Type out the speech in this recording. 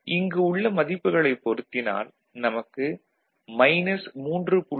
இங்கு உள்ள மதிப்புகளைப் பொருத்தினால் நமக்கு மைனஸ் 3